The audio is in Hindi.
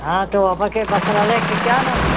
हाँ तो आपके वस्त्रालय के क्या नाम है